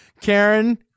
Karen